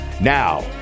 Now